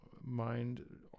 mind